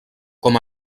com